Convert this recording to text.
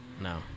No